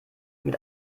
mit